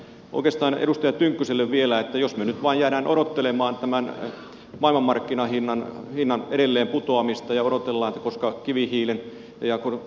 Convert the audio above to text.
oikeastaan edustaja tynkkyselle vielä että jos me nyt vain jäämme odottelemaan tämän palon markkinahinnan hinnan edelleenputoamista ja odotella koska kivihiilen ja